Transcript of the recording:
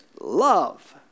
love